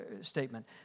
statement